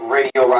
Radio